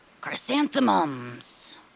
Chrysanthemums